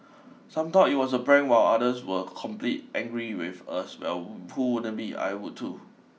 some thought it was a prank while others were complete angry with us well who wouldn't be I would too